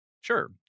Sure